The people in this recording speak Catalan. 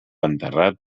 enterrat